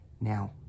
Now